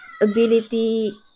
ability